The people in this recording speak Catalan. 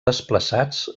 desplaçats